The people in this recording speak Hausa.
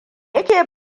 yake